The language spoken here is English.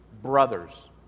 brothers